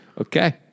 Okay